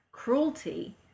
cruelty